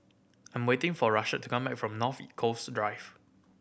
I'm waiting for Rashad to come back from North Coast Drive